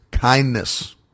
kindness